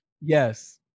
Yes